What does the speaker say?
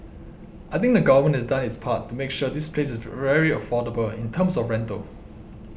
I think the government has done its part to make sure this place is very affordable in terms of rental